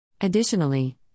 Additionally